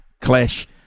clash